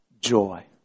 joy